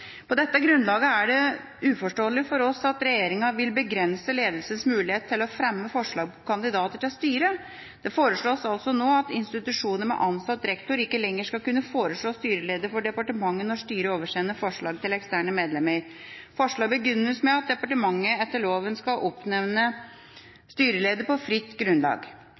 På dette grunnlaget er det uforståelig for oss at regjeringa vil begrense ledelsens mulighet til å fremme forslag til kandidater til styret. Det foreslås altså nå at institusjoner med ansatt rektor ikke lenger skal kunne foreslå styreleder for departementet når styret oversender forslag til eksterne medlemmer. Forslaget begrunnes med at departementet etter loven skal oppnevne styreleder på fritt grunnlag.